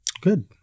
Good